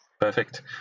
Perfect